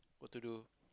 what to do